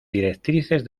directrices